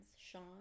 Sean